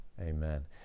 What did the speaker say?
amen